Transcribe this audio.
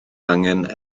angen